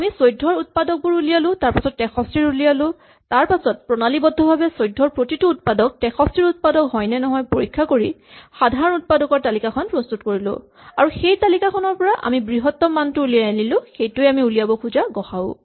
আমি ১৪ ৰ উৎপাদকবোৰ উলিয়ালো তাৰপাছত ৬৩ ৰ উলিয়ালো তাৰপাছত প্ৰণালীবদ্ধভাৱে ১৪ ৰ প্ৰতিটো উৎপাদক ৬৩ ৰ উৎপাদক হয় নে নহয় পৰীক্ষা কৰি সাধাৰণ উৎপাদকৰ তালিকাখন প্ৰস্তুত কৰিলো আৰু সেই তালিকাখনৰ পৰা আমি বৃহত্তমটো উলিয়াই আনিলো সেইটোৱেই আমি উলিয়াব খোজা গ সা উ